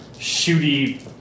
shooty